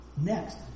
Next